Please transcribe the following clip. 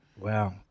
Wow